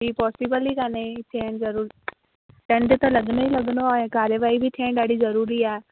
ही पॉसिबल ई कोन्हे ही थिअन ज़रूर दंड त लॻंदो ई लॻंदो ऐं कार्यवाही बि थिअण ॾाढी ज़रूरी आहे